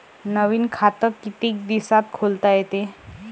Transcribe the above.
नवीन खात कितीक दिसात खोलता येते?